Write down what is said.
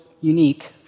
unique